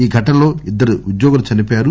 ఈ ఘటనలో ఇద్గరు ఉద్యోగులు చనిపోయారు